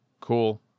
cool